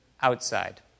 Outside